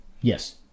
Yes